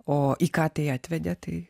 o į ką tai atvedė tai